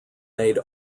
made